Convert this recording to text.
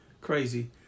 crazy